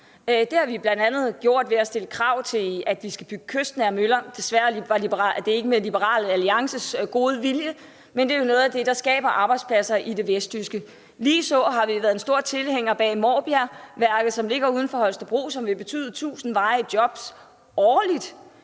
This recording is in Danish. Det har vi bl.a. medvirket til ved at stille krav til, at man skal bygge kystnære møller. Desværre var det ikke med Liberal Alliances gode vilje, men det er jo noget af det, der skaber arbejdspladser i det vestjyske. Ligeså har vi været store tilhængere af Maabjerg Energy Center, som ligger uden for Holstebro, og som vil betyde 1.000 varige jobs årligt.